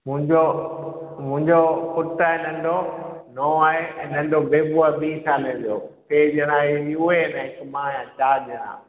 मुंहिंजो मुंहिंजो पुटु आहे नंढो हो आहे ऐं नंढो बेबू आहे वीह सालें जो टे ॼणा हे उहे आहिनि ऐं हिकु मां आहियां चार ॼणा